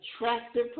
attractive